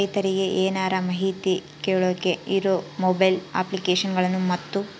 ರೈತರಿಗೆ ಏನರ ಮಾಹಿತಿ ಕೇಳೋಕೆ ಇರೋ ಮೊಬೈಲ್ ಅಪ್ಲಿಕೇಶನ್ ಗಳನ್ನು ಮತ್ತು?